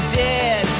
dead